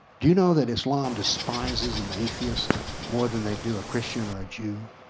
do you know that islam despises an atheist more than they do a christian or a jew?